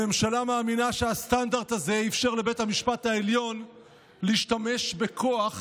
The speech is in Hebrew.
הממשלה מאמינה שהסטנדרט הזה אפשר לבית המשפט העליון להשתמש בכוח